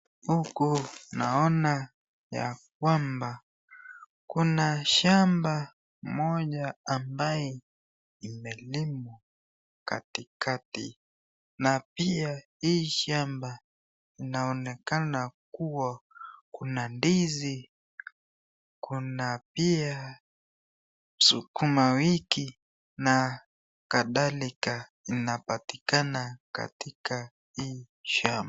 Huku naona ya kwamba kuna shamba mmoja ambayo imelimwa katikati. Na pia hii shamba inaonekana kua kuna ndizi kuna pia sukuma wiki na kadhalika inapatikana katika hii shamba.